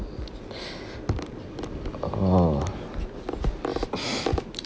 orh